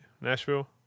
Nashville